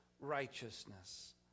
righteousness